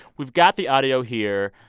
we've got the audio here.